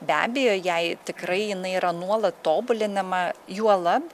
be abejo jei tikrai jinai yra nuolat tobulinama juolab